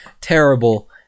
terrible